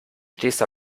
stehst